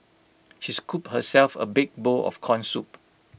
she scooped herself A big bowl of Corn Soup